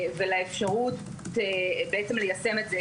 ולאפשרות ליישם את זה,